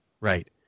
Right